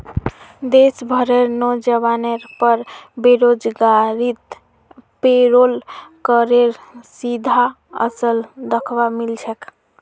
देश भरेर नोजवानेर पर बेरोजगारीत पेरोल करेर सीधा असर दख्वा मिल छेक